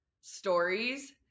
stories